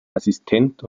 assistent